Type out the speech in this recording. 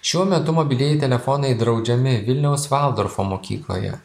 šiuo metu mobilieji telefonai draudžiami vilniaus valdorfo mokykloje